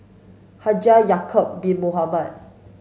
Haji Ya'acob Bin Mohamed